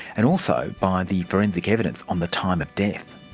and also by the forensic evidence on the time of death.